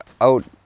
out